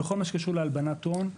בכל מה שקשור להלבנת הון,